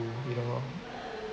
to you know